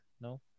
no